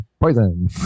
poison